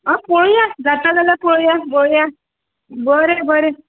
आं पळोवया जाता जाल्यार भोंवया बरें बरें